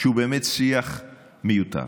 שהוא באמת שיח מיותר.